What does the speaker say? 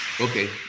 Okay